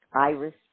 Iris